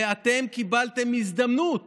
ואתם קיבלתם הזדמנות